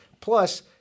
Plus